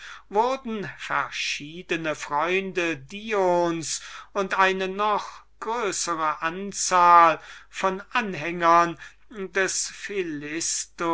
wurden verschiedene freunde dions und eine noch größere anzahl von kreaturen des